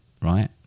right